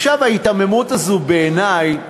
עכשיו, ההיתממות הזאת בעיני,